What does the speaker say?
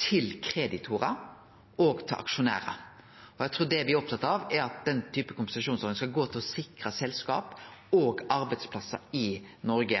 til kreditorar og til aksjonærar. Det me er opptatt av, er at den typen kompensasjonsordning skal gå til å sikre selskap og arbeidsplassar i Noreg.